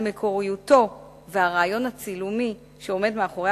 על מקוריותו והרעיון הצילומי שעומד מאחורי